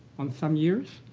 on some years.